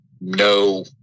no